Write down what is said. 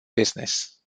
business